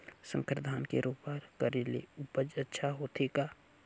संकर धान के रोपा करे ले उपज अच्छा होथे का?